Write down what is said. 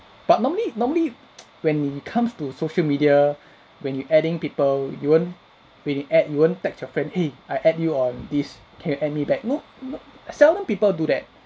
but normally normally when it comes to social media when you adding people you won't when you add you won't text your friend !hey! I add you on this can you add me back no no seldom people do that